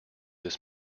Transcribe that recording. this